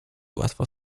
łatwo